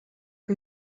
que